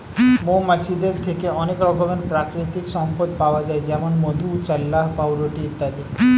মৌমাছিদের থেকে অনেক রকমের প্রাকৃতিক সম্পদ পাওয়া যায় যেমন মধু, চাল্লাহ্ পাউরুটি ইত্যাদি